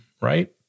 right